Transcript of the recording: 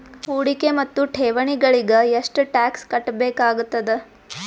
ಹೂಡಿಕೆ ಮತ್ತು ಠೇವಣಿಗಳಿಗ ಎಷ್ಟ ಟಾಕ್ಸ್ ಕಟ್ಟಬೇಕಾಗತದ?